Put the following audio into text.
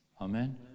Amen